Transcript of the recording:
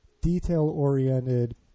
detail-oriented